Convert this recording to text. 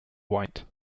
white